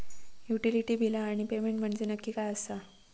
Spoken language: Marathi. युटिलिटी बिला आणि पेमेंट म्हंजे नक्की काय आसा?